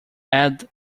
add